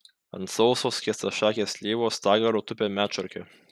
ant sauso skėstašakės slyvos stagaro tupi medšarkė